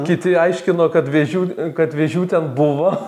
kiti aiškino kad vėžių kad vėžių ten buvo